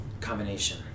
combination